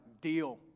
deal